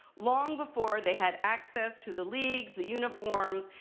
long before they had access to the leagues, the uniforms,